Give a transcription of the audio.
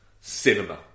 cinema